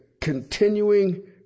continuing